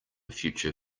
future